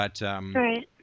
Right